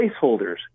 placeholders